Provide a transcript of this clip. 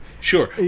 Sure